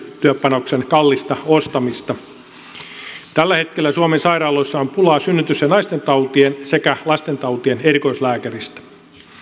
työpanoksen kallista ostamista tällä hetkellä suomen sairaaloissa on pulaa synnytys ja naistentautien sekä lastentautien erikoislääkäreistä